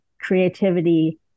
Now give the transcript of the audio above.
creativity